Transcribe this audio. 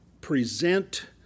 present